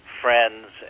friends